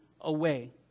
away